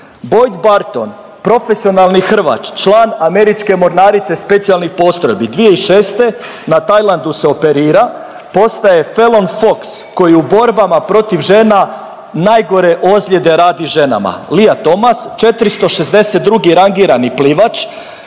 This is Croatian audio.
Boyd Burton profesionalni hrvač, član američke mornarice specijalnih postrojbi 2006. na Tajlandu se operira postaje Fallon Fox koji u borbama protiv žena najgore ozljede radi ženama. Lia Thomas 462. rangirani plivač